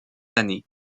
années